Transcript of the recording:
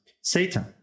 Satan